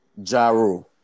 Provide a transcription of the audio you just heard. Jaru